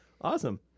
awesome